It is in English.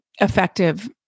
effective